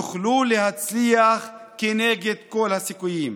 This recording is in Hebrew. הם יוכלו להצליח כנגד כל הסיכויים.